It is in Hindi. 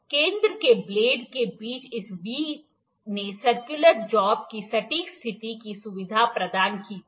केंद्र के ब्लेड के बीच इस V ने सर्कुलर जॉब की सटीक स्थिति की सुविधा प्रदान की थी